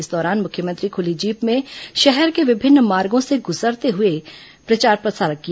इस दौरान मुख्यमंत्री खुली जीप में शहर के विभिन्न मार्गो से गुजरते हुए प्रचार प्रसार किया